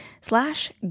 slash